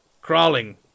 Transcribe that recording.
crawling